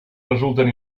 resulten